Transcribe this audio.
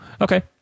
okay